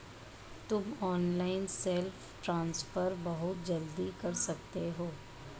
तुम online self transfer बहुत जल्दी कर सकते हो